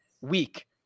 weak